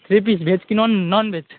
छ पिस भेज कि नन् नन्भेज